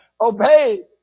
obey